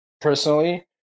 personally